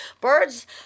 Birds